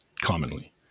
commonly